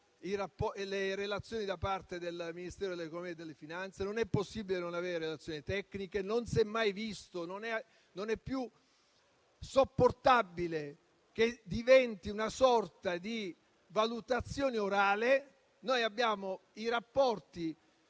le relazioni da parte del Ministero dell'economia e delle finanze, non è possibile non avere le relazioni tecniche, non è più sopportabile che diventi una sorta di valutazione orale. Noi abbiamo i rapporti